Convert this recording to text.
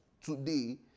today